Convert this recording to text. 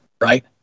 right